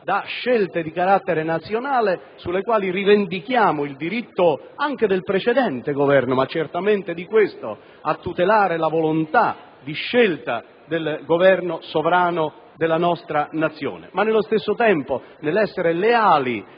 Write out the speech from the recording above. da scelte di carattere nazionale - sulle quali rivendichiamo il diritto non solo del precedente Governo, ma certamente anche di questo di tutelare la volontà di scelta del governo sovrano della nostra Nazione - e quello di essere leali